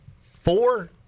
Four